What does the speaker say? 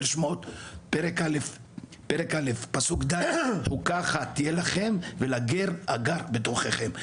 יותר מפעם אחת כי חוקה אחת תהיה לכם ולגר הגר בתוככם,